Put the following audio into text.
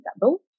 double